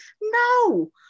No